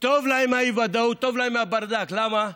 טוב להם עם האי-ודאות, טוב להם עם הברדק, למה?